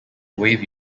wave